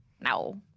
No